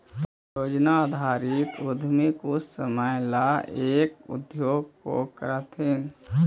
परियोजना आधारित उद्यमी कुछ समय ला एक उद्योग को करथीन